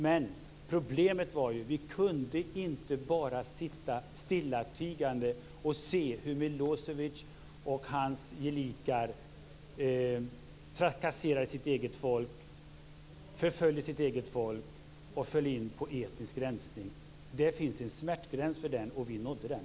Men vi kunde inte bara sitta stillatigande och se hur Milosevic och hans gelikar trakasserade och förföljde sitt eget folk och höll på med etnisk rensning. Det finns en smärtgräns, och vi nådde den.